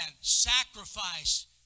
Sacrifice